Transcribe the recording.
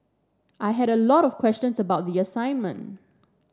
I had a lot of questions about the assignment